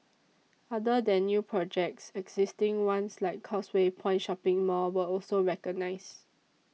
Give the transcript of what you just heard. other than new projects existing ones like Causeway Point shopping mall were also recognised